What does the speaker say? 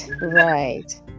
right